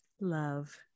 Love